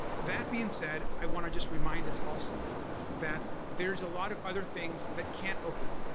that being said i want to just remind us also that there's a lot of other things that can't open.